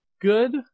good